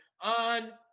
on